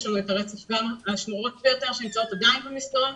יש לנו את הרצף --- שנמצאות עדיין במסגרת.